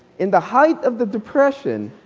in the height of the depression,